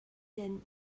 than